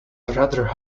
rather